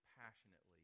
passionately